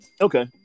Okay